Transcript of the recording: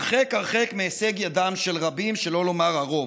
הרחק הרחק מהישג ידם של רבים, שלא לומר הרוב.